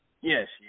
Yes